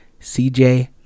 CJ